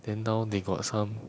then now they got some